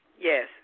Yes